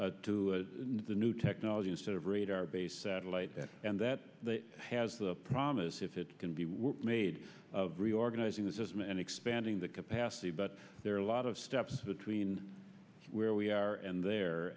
system to the new technology and sort of radar based satellite and that has the promise if it can be made of reorganizing the system and expanding the capacity but there are a lot of steps between where we are and there